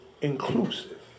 inclusive